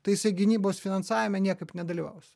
tai jisai gynybos finansavime niekaip nedalyvaus